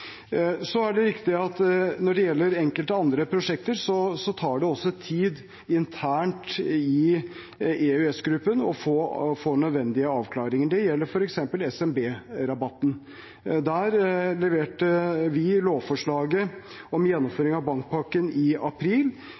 enkelte andre prosjekter, tar det tid internt i EØS-gruppen å få nødvendige avklaringer. Det gjelder f.eks. SMB-rabatten. Der leverte vi lovforslaget om gjennomføring av bankpakken i april,